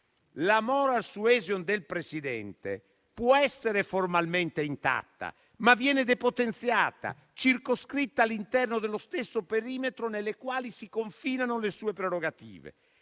La *moral suasion* del Presidente può essere formalmente intatta, ma viene depotenziata, circoscritta all'interno dello stesso perimetro nel quale si confinano le sue prerogative.